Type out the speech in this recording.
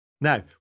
Now